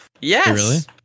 Yes